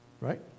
Right